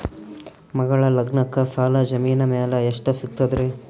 ಮಗಳ ಲಗ್ನಕ್ಕ ಸಾಲ ಜಮೀನ ಮ್ಯಾಲ ಎಷ್ಟ ಸಿಗ್ತದ್ರಿ?